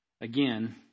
again